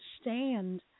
stand